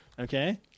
Okay